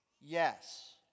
Yes